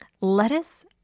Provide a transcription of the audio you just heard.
lettuce